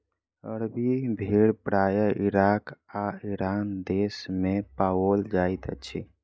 अरबी भेड़ प्रायः इराक आ ईरान देस मे पाओल जाइत अछि